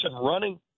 running